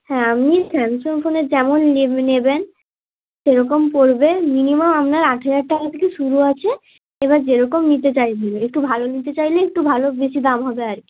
হ্যাঁ আপনি স্যামসং ফোনের যেমন নে নেবেন সেরকম পড়বে মিনিমাম আপনার আট হাজার টাকা থেকে শুরু আছে এবার যেরকম নিতে চাইবেন একটু ভালো নিতে চাইলে একটু ভালো বেশি দাম হবে আর কী